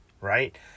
right